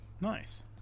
Nice